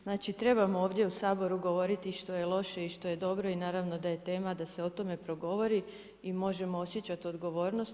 Znači trebamo ovdje u Saboru govoriti i što je loše i što je dobro i naravno da je tema da se o tome progovori i možemo osjećat odgovornost.